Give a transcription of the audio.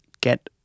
get